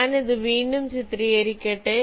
ഞാൻ ഇത് വീണ്ടും ചിത്രീകരിക്കട്ടെ